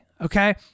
okay